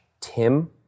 Tim